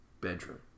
bedroom